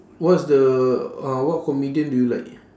what's the uh what comedian do you like